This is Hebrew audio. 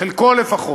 חלקו לפחות.